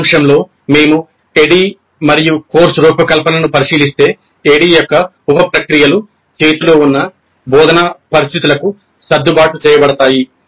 సారాంశంలో మేము ADDIE మరియు కోర్సు రూపకల్పనను పరిశీలిస్తే ADDIE యొక్క ఉప ప్రక్రియలు చేతిలో ఉన్న బోధనా పరిస్థితులకు సర్దుబాటు చేయబడతాయి